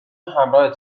همراه